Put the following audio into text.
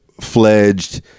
fledged